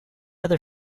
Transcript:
other